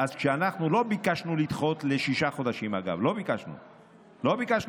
לא ביקשנו לדחות בשישה חודשים, לא עשינו קונצים.